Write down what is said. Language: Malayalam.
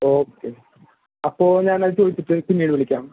ഓക്കേ അപ്പോൾ ഞാൻ അത് ചോദിച്ചിട്ട് പിന്നീട് വിളിക്കാം